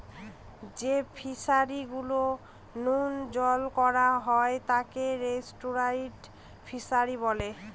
যে ফিশারি গুলো নোনা জলে করা হয় তাকে এস্টুয়ারই ফিশারি বলে